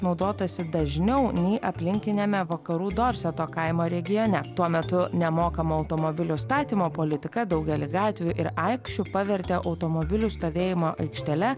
naudotasi dažniau nei aplinkiniame vakarų dorseto kaimo regione tuo metu nemokamą automobilių statymo politiką daugelyje gatvių ir aikščių pavertė automobilių stovėjimo aikštele